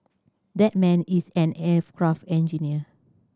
that man is an aircraft engineer